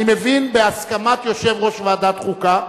אני מבין, בהסכמת יושב-ראש ועדת חוקה.